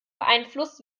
beeinflusst